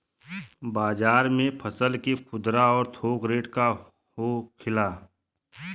बाजार में फसल के खुदरा और थोक रेट का होखेला?